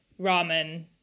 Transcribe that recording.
ramen